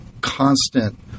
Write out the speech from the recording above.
constant